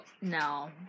no